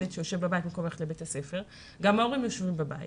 אם ילד יושב בבית במקום ללכת לבית הספר אז גם ההורים יושבים בבית.